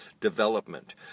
development